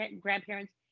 grandparents